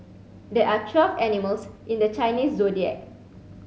there are twelve animals in the Chinese Zodiac